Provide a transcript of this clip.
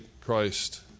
Christ